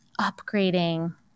upgrading